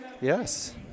Yes